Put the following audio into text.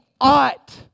ought